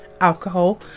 alcohol